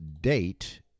date